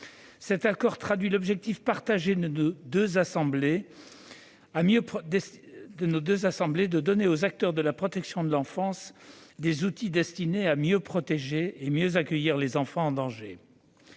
Cet accord traduit l'objectif partagé par nos deux assemblées de donner aux acteurs de la protection de l'enfance des outils destinés à mieux protéger et accueillir les enfants en danger.